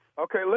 Okay